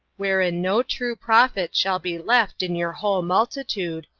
wherein no true prophet shall be left in your whole multitude,